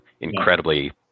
incredibly